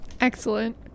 excellent